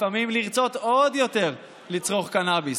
לפעמים לרצות עוד יותר לצרוך קנביס,